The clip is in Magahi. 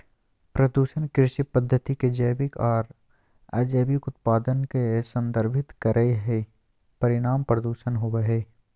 प्रदूषण कृषि पद्धति के जैविक आर अजैविक उत्पाद के संदर्भित करई हई, परिणाम प्रदूषण होवई हई